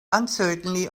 uncertainly